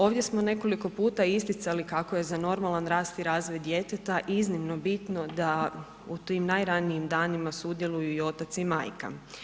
Ovdje smo nekoliko puta isticali kako je za normalan rast i razvoj djeteta iznimno bitno da u tim najranijim danima sudjeluju i otac i majka.